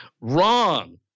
Wrong